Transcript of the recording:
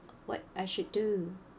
what I should do